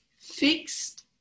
fixed